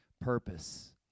purpose